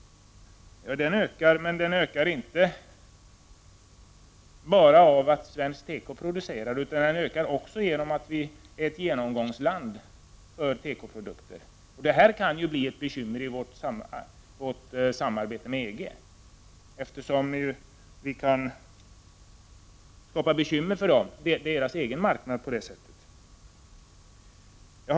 Ja, exporten ökar, men den ökar inte bara därför att svensk tekoindustri producerar mer utan också därför att vi är ett genomgångsland för tekoprodukter. Detta kan bli ett bekymmer i vårt samarbete med EG, eftersom vi kan skapa problem för EG:s marknad på det sättet.